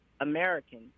American